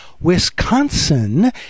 Wisconsin